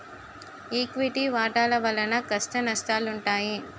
equity వాటాల వలన కష్టనష్టాలుంటాయి